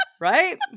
Right